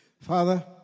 Father